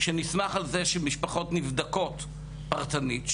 שנסמך על זה שמשפחות נבדקות פרטנית,